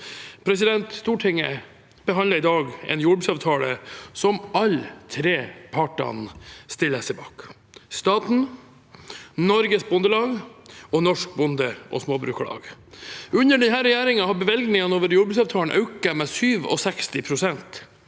hegne om. Stortinget behandler i dag en jordbruksavtale som alle de tre partene stiller seg bak – staten, Norges Bondelag og Norsk Bonde- og Småbrukarlag. Under denne regjeringen har bevilgningene over jordbruksavtalen økt med 67 pst.